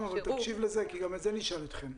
והוכשרו --- נועם תקשיב לזה כי גם על זה נשאל אתכם.